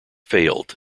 failed